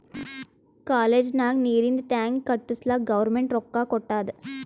college ನಾಗ್ ನೀರಿಂದ್ tank ಕಟ್ಟುಸ್ಲಕ್ ಗೌರ್ಮೆಂಟ್ ರೊಕ್ಕಾ ಕೊಟ್ಟಾದ್